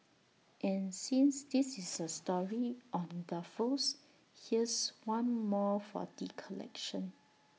and since this is A story on gaffes here's one more for the collection